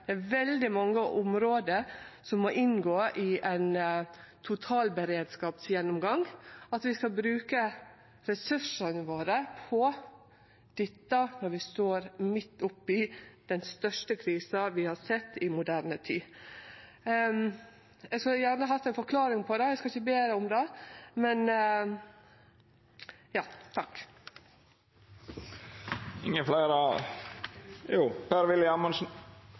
Det er veldig mange område som må inngå i ein totalberedskapsgjennomgang – at vi skal bruke ressursane våre på dette når vi står midt oppi den største krisa vi har sett i moderne tid. Eg skulle gjerne hatt ei forklaring på det, men eg skal ikkje be om det.